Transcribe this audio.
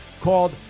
called